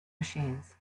machines